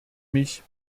mich